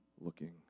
looking